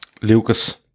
Lucas